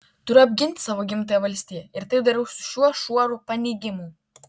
turiu apginti savo gimtąją valstiją ir tai darau su šiuo šuoru paneigimų